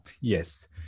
yes